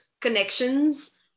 connections